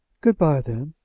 good-by, then,